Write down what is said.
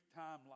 timeline